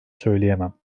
söyleyemem